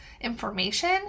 information